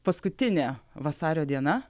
paskutinė vasario diena